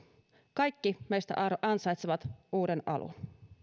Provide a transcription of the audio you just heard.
kaikki meistä ansaitsevat uuden alun